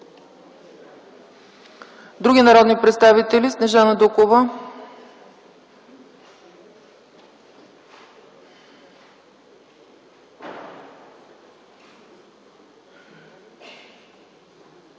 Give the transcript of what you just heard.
Други народни представители? Снежана Дукова.